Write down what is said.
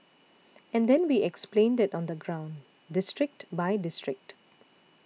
and then we explained it on the ground district by district